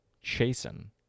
Chasing